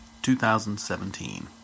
2017